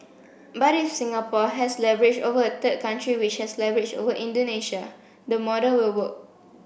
but if Singapore has leverage over a third country which has leverage over Indonesia the model will work